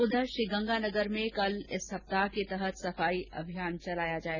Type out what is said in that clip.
उधर श्रीगंगानगर में कल इस सप्ताह के सफाई अभियान चलाया जाएगा